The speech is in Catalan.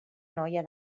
noia